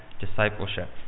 discipleship